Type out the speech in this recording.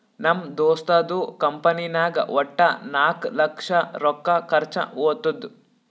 ನಮ್ ದೋಸ್ತದು ಕಂಪನಿನಾಗ್ ವಟ್ಟ ನಾಕ್ ಲಕ್ಷ ರೊಕ್ಕಾ ಖರ್ಚಾ ಹೊತ್ತುದ್